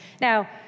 Now